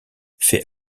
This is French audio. fait